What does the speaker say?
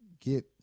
get